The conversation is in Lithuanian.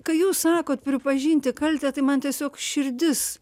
kai jūs sakot pripažinti kaltę tai man tiesiog širdis